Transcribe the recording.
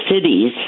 cities